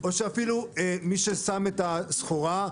או שאפילו מי ששם את הסחורה,